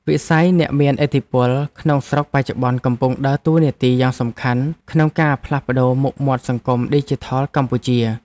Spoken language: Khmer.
វិស័យអ្នកមានឥទ្ធិពលក្នុងស្រុកបច្ចុប្បន្នកំពុងដើរតួនាទីយ៉ាងសំខាន់ក្នុងការផ្លាស់ប្តូរមុខមាត់សង្គមឌីជីថលកម្ពុជា។